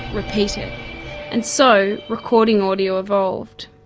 repeat it and so recording audio evolved.